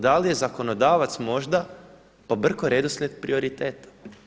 Da li je zakonodavac možda pobrkao redoslijed prioriteta?